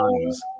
times